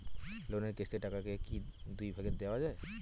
লোনের কিস্তির টাকাকে কি দুই ভাগে দেওয়া যায়?